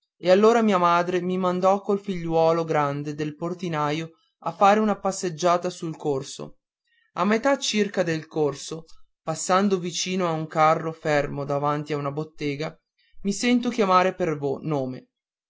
e allora mia madre mi mandò col figliuolo grande del portinaio a fare una passeggiata sul corso a metà circa del corso passando vicino a un carro fermo davanti a una bottega mi sento chiamare per nome